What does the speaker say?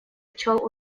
пчёл